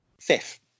fifth